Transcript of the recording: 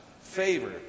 favor